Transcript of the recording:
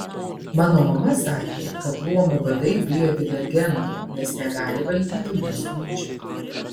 mano mama sakė kad luomų vadai bijo divergentų nes negali valdyti mūsų minčių